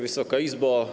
Wysoka Izbo!